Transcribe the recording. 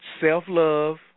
self-love